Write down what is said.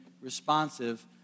responsive